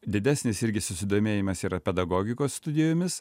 didesnis irgi susidomėjimas yra pedagogikos studijomis